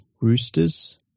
Roosters